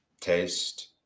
taste